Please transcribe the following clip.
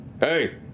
Hey